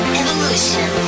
evolution